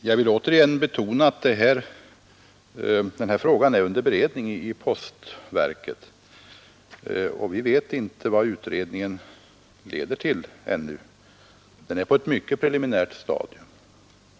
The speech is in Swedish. Herr talman! Jag vill återigen betona att den här frågan är under beredning i postverket. Vi vet ännu inte vad utredningen leder till; den är på ett mycket preliminärt stadium.